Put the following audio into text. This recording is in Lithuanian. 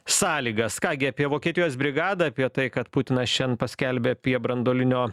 sąlygas ką gi apie vokietijos brigadą apie tai kad putinas šiandien paskelbė apie branduolinio